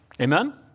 Amen